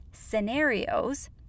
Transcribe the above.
scenarios